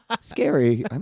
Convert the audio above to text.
Scary